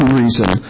reason